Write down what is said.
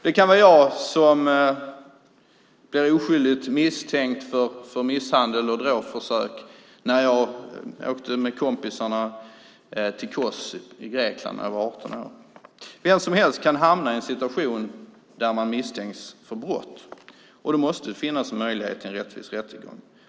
Det kan vara jag som blev oskyldigt misstänkt för misshandel och dråpförsök när jag åkte med kompisarna till Kos i Grekland när jag var 18 år. Vem som helst kan hamna i en situation där man misstänks för brott, och då måste det finnas möjlighet till en rättvis rättegång.